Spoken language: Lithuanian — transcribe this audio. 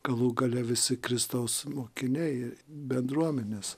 galų gale visi kristaus mokiniai bendruomenės